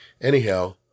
Anyhow